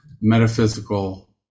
metaphysical